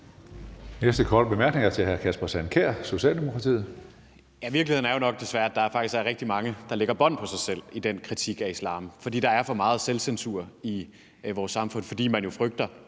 næste korte bemærkning er til hr. Kasper Sand Kjær, Socialdemokratiet. Kl. 12:53 Kasper Sand Kjær (S): Virkeligheden er jo nok desværre, at der faktisk er rigtig mange, der lægger bånd på sig selv i den kritik af islam. For der er for meget selvcensur i vores samfund, fordi man jo frygter